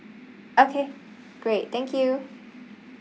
okay great thank you